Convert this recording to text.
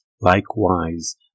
Likewise